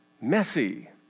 messy